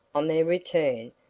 on their return,